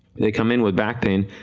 come in with back pain,